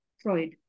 Freud